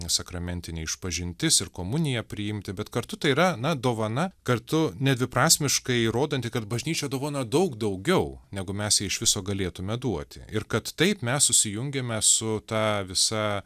sakramentinė išpažintis ir komuniją priimti bet kartu tai yra na dovana kartu nedviprasmiškai rodanti kad bažnyčia dovanoja daug daugiau negu mes jai iš viso galėtume duoti ir kad taip mes susijungiame su ta visa